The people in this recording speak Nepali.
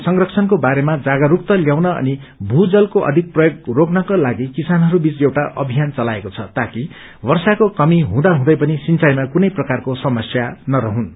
कृषि विभागले जस संरक्षण्को बारेमा जागरूकता ल्याउन अनि भू जलको अधिक प्रयोग रोक्नका लागि किसानहरू बीच एक अभियान चलाएको छ ताकि वर्षाको कमी हुँदा हुँदै पनि सिंचाईमा कुनै प्रकारको समस्या नरहून्